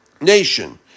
Nation